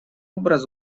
образ